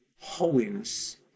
holiness